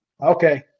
Okay